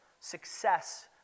success